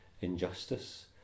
injustice